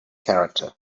character